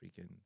freaking